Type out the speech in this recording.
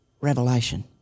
revelation